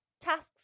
tasks